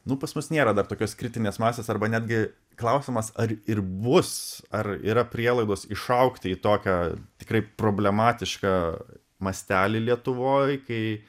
nu pas mus nėra dar tokios kritinės masės arba netgi klausimas ar ir bus ar yra prielaidos išaugti į tokią tikrai problematišką mastelį lietuvoj kai